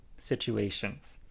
situations